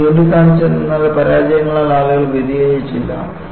ഞാൻ ചൂണ്ടിക്കാണിച്ചതെന്തെന്നാൽ പരാജയങ്ങളാൽ ആളുകൾ വ്യതിചലിച്ചില്ല